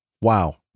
wow